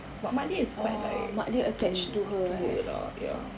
cause mak dia is quite to tua lah ya